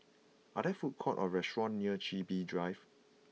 are there food court or restaurant near Chin Bee Drive